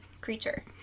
creature